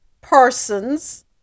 persons